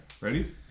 ready